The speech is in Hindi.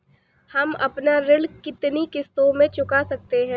हम अपना ऋण कितनी किश्तों में चुका सकते हैं?